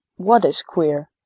what is queer?